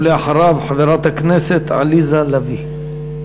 ולאחריו, חברת הכנסת עליזה לביא.